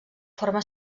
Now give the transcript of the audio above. forma